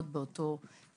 עוד באותו יום,